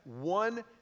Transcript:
one